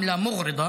תרגומם:).